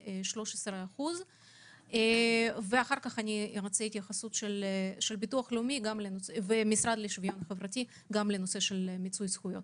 13%. אחר כך נשמע התייחסות גם של המשרד לשוויון חברתי וביטוח לאומי.